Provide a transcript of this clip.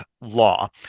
law